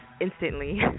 instantly